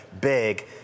big